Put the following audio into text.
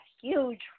huge